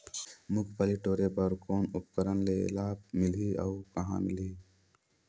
मुंगफली टोरे बर कौन उपकरण ले लाभ मिलही अउ कहाँ मिलही?